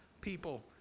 people